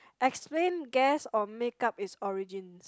explain guess or make up its origins